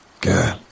Good